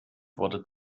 wurde